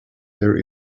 there